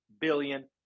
billion